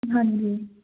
ਹਾਂਜੀ